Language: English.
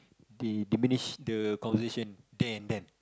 they diminish the conversation there and then